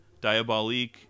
Diabolique